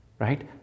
right